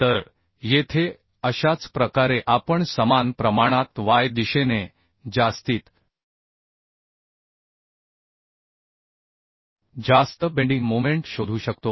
तर येथे अशाच प्रकारे आपण समान प्रमाणात y y दिशेने जास्तीत जास्त बेंडींग मोमेंट शोधू शकतो